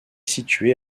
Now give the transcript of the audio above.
située